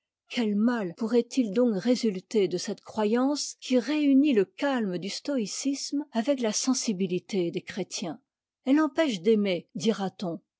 quel mal pourrait-il donc résulter de cette croyance qui réunit le calme du stoïcisme avec la sensibilité des chrétiens elle empêche d'aimer